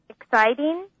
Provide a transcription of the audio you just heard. exciting